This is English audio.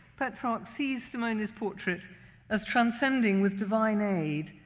petrarch sees simone's portrait as transcending, with divine aid,